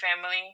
family